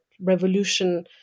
revolution